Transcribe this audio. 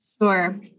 Sure